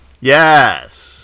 Yes